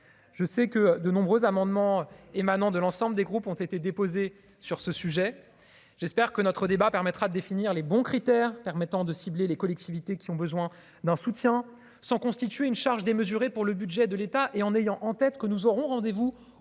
je sais que de nombreux amendements émanant de l'ensemble des groupes ont été déposées sur ce sujet, j'espère que notre débat permettra de définir les bons critères permettant de cibler les collectivités qui ont besoin d'un soutien sans constituer une charge démesurée pour le budget de l'état et en ayant en tête que nous aurons rendez-vous